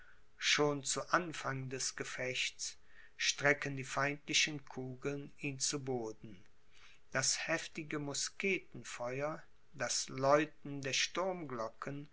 schon zu anfang des gefechts strecken die feindlichen kugeln ihn zu boden das heftige musketenfeuer das läuten der sturmglocken